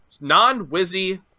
non-Wizzy